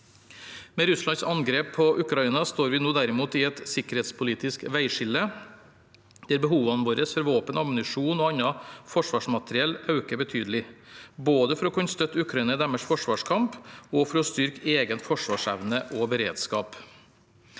Med Russlands angrep på Ukraina står vi nå derimot i et sikkerhetspolitisk veiskille der behovene våre for våpen, ammunisjon og annet forsvarsmateriell øker betydelig – både for å kunne støtte Ukraina i deres forsvarskamp, og for å styrke egen forsvarsevne og beredskap.